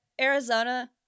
Arizona